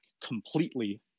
completely